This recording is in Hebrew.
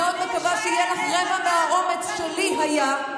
המפלגה שלך היא מיעוט בתוך ים קיצוני.